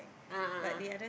ah ah ah